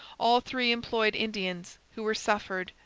all three employed indians, who were suffered,